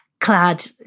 clad